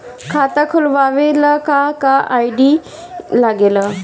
खाता खोलवावे ला का का आई.डी लागेला?